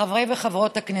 חברי וחברות הכנסת,